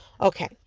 Okay